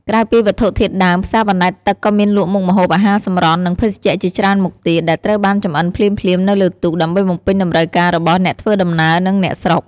ក្រៅពីវត្ថុធាតុដើម ផ្សារបណ្តែតទឹកក៏មានលក់មុខម្ហូបអាហារសម្រន់ និងភេសជ្ជៈជាច្រើនមុខទៀត ដែលត្រូវបានចម្អិនភ្លាមៗនៅលើទូក ដើម្បីបំពេញតម្រូវការរបស់អ្នកធ្វើដំណើរ និងអ្នកស្រុក។